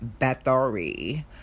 Bathory